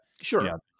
sure